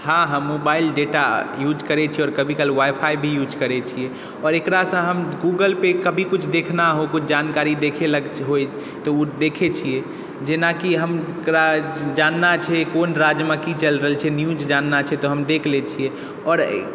हँ हम mobile data use करै छी आओर कभी काल वाइफाइ भी यूज करै छी आओर एकरासँ हम गूगलपर कभी कुछ देखना हो कुछ जानकारी देखैला होइ तऽ उ देखै छियै जेनाकि हमरा जानना छै कोन राज्यमे की चलि रहल छै न्यूज जानना छै तऽ हम देख लै छियै आओर